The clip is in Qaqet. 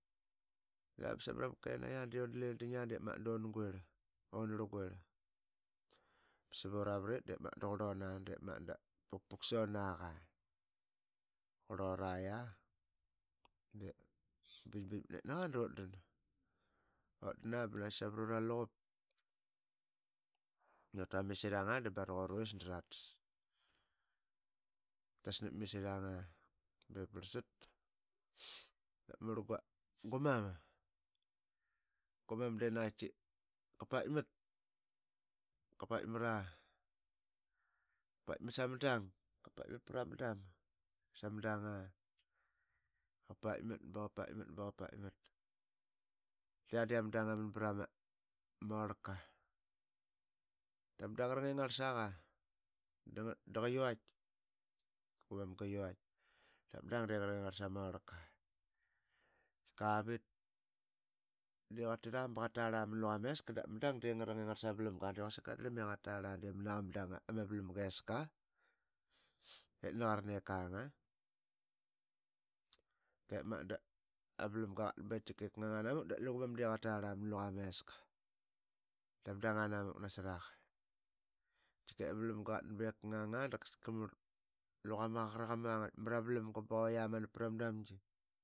Utita bsamrama kenaiyi de undle dingia dunguirl. unurguirl ba sap uravrit da qurluna de magat de vukpuk sanaqa. Qururaiya da bingbingmat nretnaqa dutdan. utdan ba naqaiti savruraluqup. Utra ma misiranga baraquruvisa dratas napma misiranga. Dap murl gumam. de naqaiti qa paitmat. qa paitmra qa paitmat samdang, qa paitmat prama dam samdanga qa paitmat. ba qa. paitmat. ba qa paitmat de ya de ama dang ngma an prama orlka da ma dang ngarngingarsaqa da gumam qayivaitk da ma dang de ngrangingarl samaorl ka qaitika vit de qatira ba qatarla mnluqa meska. dap ma dang de ngringingarl sama vlamga de quasik i qatala de mnaqa ma dang ama vlamga iska. itnaniqarn ip kanga Tkikep magat da mavlamga qatdan be kangang anamuk de qatarla mnluqa meska dama dang anamuk nasraqa. Qaitike ma vlamga qatdan be knganga. da luqa maqaqaraqa qa rlan angrit mrama vlamga ba qa vait ama manap prama damgi.